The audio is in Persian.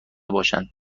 باشند